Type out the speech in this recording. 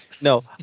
No